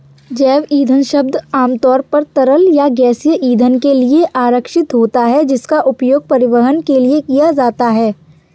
जैव ईंधन शब्द आमतौर पर तरल या गैसीय ईंधन के लिए आरक्षित होता है, जिसका उपयोग परिवहन के लिए किया जाता है